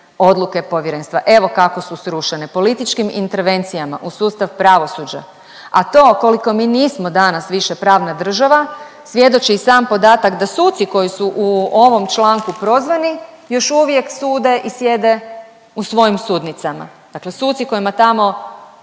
odluke Povjerenstva. Evo kako su srušene, političkim intervencijama u sustav pravosuđa, a to koliko mi nismo danas više pravna država svjedoči i sam podatak da suci koji su u ovom članku prozvani, još uvijek sude i sjede u svojim sudnicama, dakle suci kojima tamo